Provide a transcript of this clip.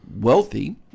wealthy